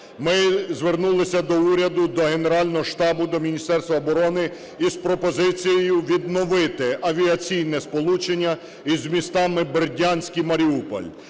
Ми звернулися до уряду, до Генерального штабу, до Міністерства оборони із пропозицією відновити авіаційне сполучення із містами Бердянськ і Маріуполь.